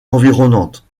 environnante